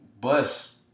bus